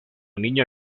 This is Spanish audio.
niña